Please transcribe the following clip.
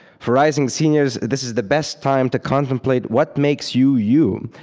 for rising seniors, this is the best time to contemplate what makes you you,